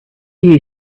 you